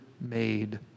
made